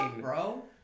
bro